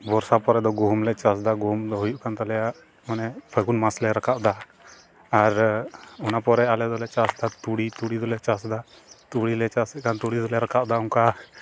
ᱵᱚᱨᱥᱟ ᱯᱚᱨᱮᱫᱚ ᱜᱩᱦᱩᱢᱞᱮ ᱪᱟᱥᱫᱟ ᱜᱩᱦᱩᱢᱫᱚ ᱦᱩᱭᱩᱜ ᱠᱟᱱ ᱛᱟᱞᱮᱭᱟ ᱢᱟᱱᱮ ᱯᱷᱟᱹᱜᱩᱱ ᱢᱟᱥᱞᱮ ᱨᱟᱠᱟᱵᱫᱟ ᱟᱨ ᱚᱱᱟ ᱯᱚᱨᱮ ᱟᱞᱮᱫᱚᱞᱮ ᱪᱟᱥᱫᱟ ᱛᱩᱲᱤ ᱛᱩᱲᱤ ᱫᱚᱞᱮ ᱪᱟᱥᱫᱟ ᱛᱩᱲᱤᱞᱮ ᱪᱟᱥᱮᱫ ᱠᱟᱱ ᱛᱩᱲᱤ ᱫᱚᱞᱮ ᱨᱟᱠᱟᱵᱫᱟ ᱚᱱᱠᱟ